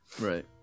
Right